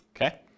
Okay